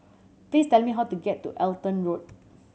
please tell me how to get to Halton Road